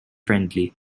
friendly